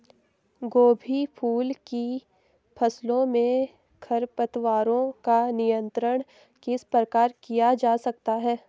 गोभी फूल की फसलों में खरपतवारों का नियंत्रण किस प्रकार किया जा सकता है?